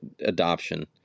adoption